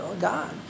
God